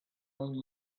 own